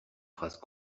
phrases